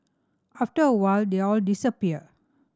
after a while they'll disappear